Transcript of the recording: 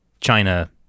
China